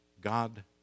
God